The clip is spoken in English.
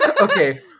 Okay